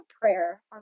prayer